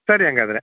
ಸರಿ ಹಂಗಾದ್ರೆ